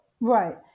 Right